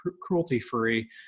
cruelty-free